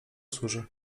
służy